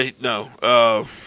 No